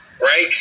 right